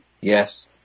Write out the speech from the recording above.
Yes